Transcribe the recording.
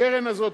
הקרן הזאת,